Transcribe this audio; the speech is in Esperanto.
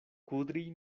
kudri